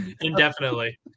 indefinitely